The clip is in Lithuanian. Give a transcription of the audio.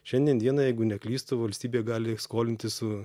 šiandien dienai jeigu neklystu valstybė gali skolintis su